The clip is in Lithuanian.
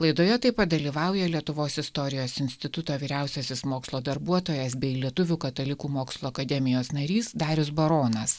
laidoje taip pat dalyvauja lietuvos istorijos instituto vyriausiasis mokslo darbuotojas bei lietuvių katalikų mokslo akademijos narys darius baronas